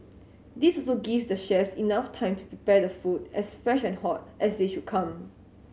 this also give the chefs enough time to prepare the food as fresh and hot as they should come